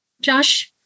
Josh